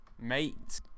mate